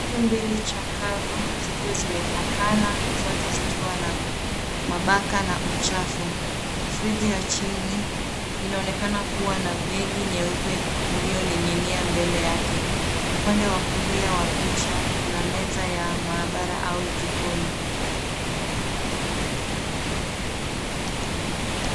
Mbili chakavu zikiwa zimepakana zote zikiwa na mabaka na uchafu. Friji ya chini inaonekana kuwa na begi nyeupe iliyoning'inia mbele yake. Upande wa kulia wa picha kuna meza ya maabara au jikoni.